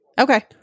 Okay